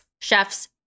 chef's